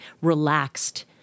relaxed